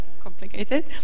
complicated